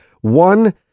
One